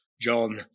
John